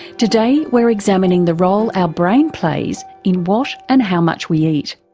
today we're examining the role our brain plays in what and how much we eat.